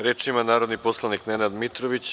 Reč ima narodni poslanik Nenad Mitrović.